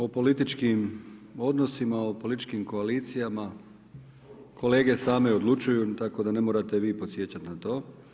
O političkim odnosima, o političkim koalicijama kolege same odlučuju tako da ne morate vi podsjećati na to.